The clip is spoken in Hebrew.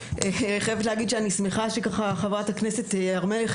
חייבת להגיד שאני שמחה שחברת הכנסת סון הר מלך